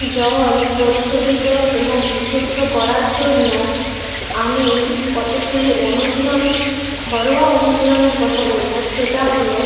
জল পরিশোধিত এবং বিশুদ্ধ করার জন্য আমি কতোগুলি অনুশীলন ঘরোয়া অনুশীলনের কথা বলবো সেটা হলো